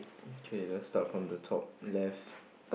K let's start from the top left